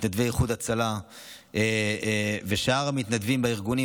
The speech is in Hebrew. מתנדבי איחוד הצלה ושאר המתנדבים בארגונים,